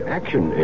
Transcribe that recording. action